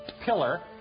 pillar